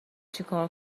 چیکار